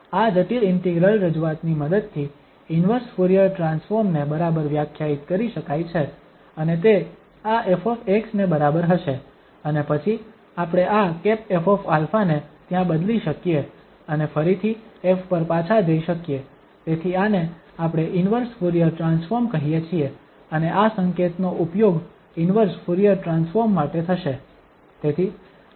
આ જટિલ ઇન્ટિગ્રલ રજૂઆત ની મદદથી ઇન્વર્સ ફુરીયર ટ્રાન્સફોર્મ ને બરાબર વ્યાખ્યાયિત કરી શકાય છે અને તે આ ƒ ને બરાબર હશે અને પછી આપણે આ ƒα ને ત્યાં બદલી શકીએ અને ફરીથી ƒ પર પાછા જઈ શકીએ તેથી આને આપણે ઇન્વર્સ ફુરીયર ટ્રાન્સફોર્મ કહીએ છીએ અને આ સંકેતનો ઉપયોગ ઇન્વર્સ ફુરીયર ટ્રાન્સફોર્મ માટે થશે